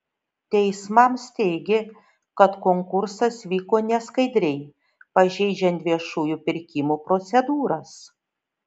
teismams teigė kad konkursas vyko neskaidriai pažeidžiant viešųjų pirkimų procedūras